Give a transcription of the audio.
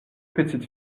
petites